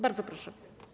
Bardzo proszę.